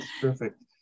Perfect